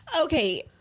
Okay